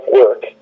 work